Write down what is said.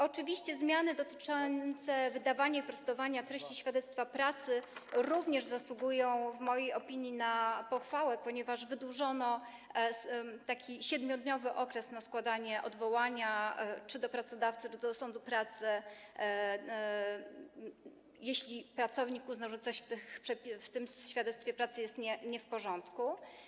Oczywiście zmiany dotyczące wydawania i prostowania treści świadectwa pracy również zasługują w mojej opinii na pochwałę, ponieważ wydłużono 7-dniowy okres na składanie odwołania czy do pracodawcy, czy do sądu pracy, jeśli pracownik uznał, że coś w tym świadectwie pracy jest nie w porządku.